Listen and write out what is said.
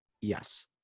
Yes